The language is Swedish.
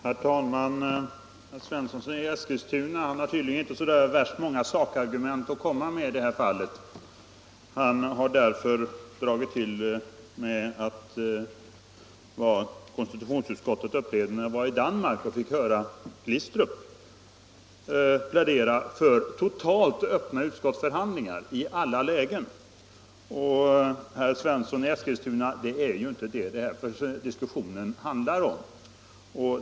Herr talman! Herr Svensson i Eskilstuna har tydligen inte så värst många sakargument att komma med i det här fallet. Han har därför dragit till med sådant som konstitutionsutskottets medlemmar upplevde när de var i Danmark och fick höra Glistrup plädera för totalt öppna utskottsförhandlingar i alla lägen. Det är inte det, herr Svensson i Eskilstuna, denna diskussion handlar om.